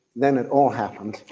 then it all happened,